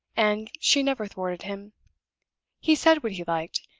and she never thwarted him he said what he liked,